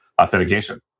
authentication